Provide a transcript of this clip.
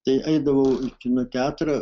tai eidavau į kino teatrą